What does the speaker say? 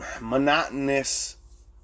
monotonous